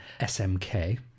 smk